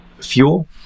fuel